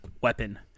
weapon